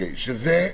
שזה?